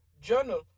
journal